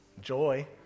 joy